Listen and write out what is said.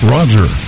Roger